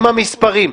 עם המספרים.